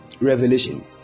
Revelation